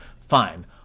Fine